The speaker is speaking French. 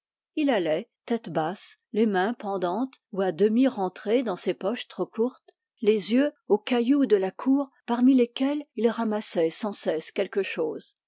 il allait tête basse les mains pendantes ou à demi rentrées dans ses poches trop courtes les yeux aux cailloux de la cour parmi lesquels il ramassait sans cesse quelque chose